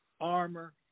armor